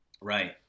Right